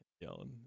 yelling